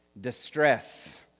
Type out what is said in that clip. Distress